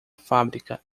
fábrica